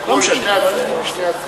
צריך לקרוא לשני הצדדים.